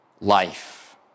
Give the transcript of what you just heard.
life